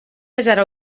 desert